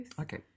Okay